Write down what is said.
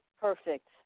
Perfect